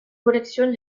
collectionne